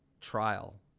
trial